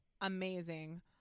amazing